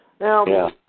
Now